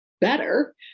better